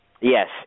Yes